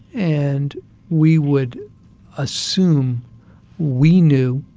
and we would assume we knew,